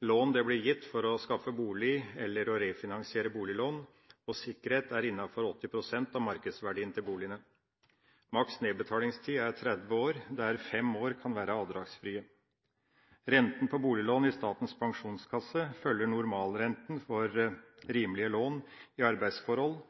Lån blir gitt for å skaffe bolig eller for å refinansiere boliglån, og sikkerheten er innenfor 80 pst. av markedsverdien av boligene. Maks nedbetalingstid er 30 år, der 5 år kan være avdragsfrie. Renta på boliglån i Statens pensjonskasse følger normalrenta for rimelige lån i arbeidsforhold,